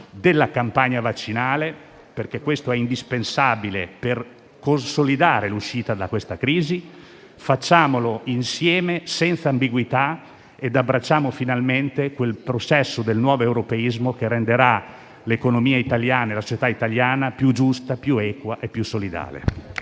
della campagna vaccinale, perché questo è indispensabile per consolidare l'uscita da questa crisi. Facciamolo insieme, senza ambiguità e abbracciamo finalmente quel processo del nuovo europeismo che renderà l'economia e la società italiane più giuste, più eque e più solidali.